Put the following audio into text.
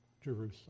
Jerusalem